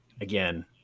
again